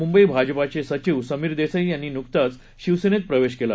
मुंबईभाजपाचेसचिवसमीरदेसाईयांनीनुकताचशिवसेनेतप्रवेशकेला